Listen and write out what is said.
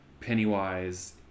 Pennywise